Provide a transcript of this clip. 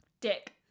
Dick